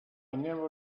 never